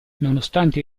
nonostante